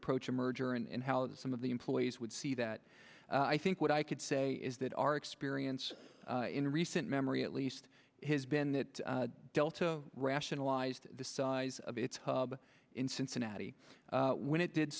approach a merger and how some of the employees would see that i think what i could say is that our experience in recent memory at least has been that delta rationalized the size of its hub in cincinnati when it did